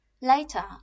later